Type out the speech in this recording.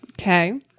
Okay